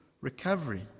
Recovery